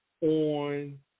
on